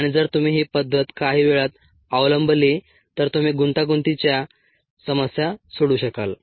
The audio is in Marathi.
आणि जर तुम्ही ही पद्धत काही वेळात अवलंबली तर तुम्ही गुंतागुंतीच्या समस्या सोडवू शकाल